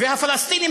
והפלסטינים,